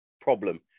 problem